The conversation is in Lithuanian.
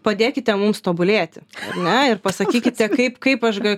padėkite mums tobulėti ar ne ir pasakykite kaip kaip aš ga